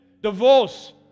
divorce